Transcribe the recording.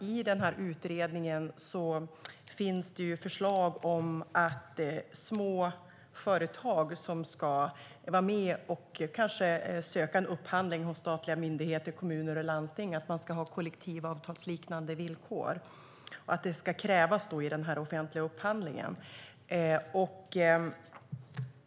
I den här utredningen finns det nämligen förslag om att små företag som ska vara med och kanske söka en upphandling hos statliga myndigheter eller hos kommuner och landsting ska ha kollektivavtalsliknande villkor. Det ska alltså krävas i den offentliga upphandlingen.